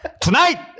Tonight